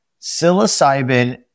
psilocybin